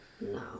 No